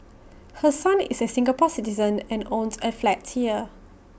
her son is A Singapore Citizen and owns A flat here